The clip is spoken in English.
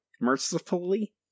Mercifully